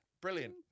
Brilliant